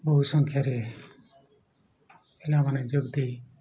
ବହୁ ସଂଖ୍ୟାରେ ପିଲାମାନେ ଯୋଗ ଦେଇ